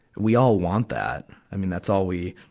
we all want that. i mean, that's all we,